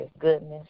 goodness